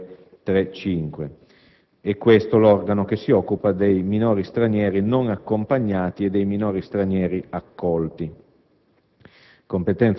535. È questo l'organo che si occupa dei minori stranieri non accompagnati e di quelli accolti.